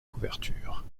couverture